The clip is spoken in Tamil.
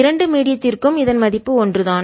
இரண்டு மீடியத்திற்கும் இதன் மதிப்பு ஒன்றுதான்